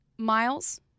Miles